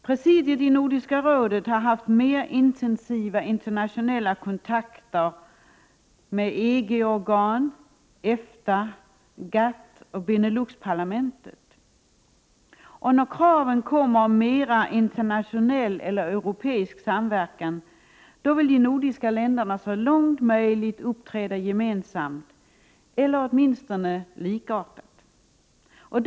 Presidiet i Nordiska rådet har haft mer intensiva internationella kontakter; med EG-organ, EFTA, GATT och Beneluxparlamentet. När kraven kommer om mera internationell eller europeisk samverkan, vill de nordiska länderna så långt möjligt uppträda gemensamt eller åtminstone likartat.